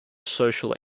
social